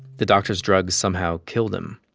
the doctor's drug somehow killed him.